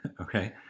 Okay